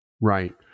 Right